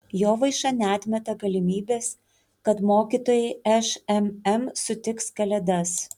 jovaiša neatmeta galimybės kad mokytojai šmm sutiks kalėdas